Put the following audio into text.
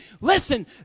Listen